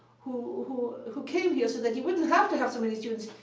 who who came here so that he wouldn't have to have so many students,